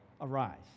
arise